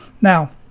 Now